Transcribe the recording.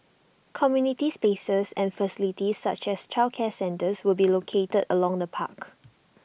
community spaces and facilities such as childcare centres will be located along the park